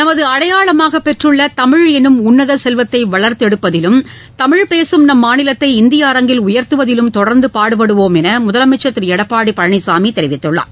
நமது அடையாளமாக பெற்றுள்ள தமிழ் எனும் உன்னத செல்வத்தை வளர்த்தெடுப்பதிலும் தமிழ் பேசும் நம் மாநிலத்தை இந்திய அரங்கில் உயர்த்துவதிலும் தொடர்ந்து பாடுபடுவோம் என முதலமைச்சர் எடப்பாடி பழனிசாமி தெரிவித்துள்ளார்